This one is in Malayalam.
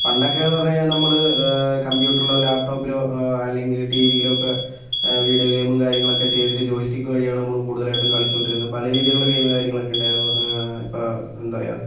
പണ്ടൊക്കെയെന്ന് പറഞ്ഞു കഴിഞ്ഞാൽ നമ്മൾ കമ്പ്യൂട്ടറിലോ ലാപ്ടോപ്പിലോ അല്ലെങ്കിൽ ടി വിയിലൊക്കെ വീഡിയോ ഗെയിമും കാര്യങ്ങളൊക്കെ ചെയ്തിട്ട് ജോയ്സ്റ്റിക്ക് വഴിയാണ് നമ്മൾ കൂടുതലായിട്ടും കളിച്ചുകൊണ്ടിരുന്നത് പല രീതിയിലുള്ള ഗെയിം കാര്യങ്ങളൊക്കെ ഉണ്ടായിരുന്നു ഇപ്പോൾ എന്താ പറയുക